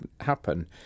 happen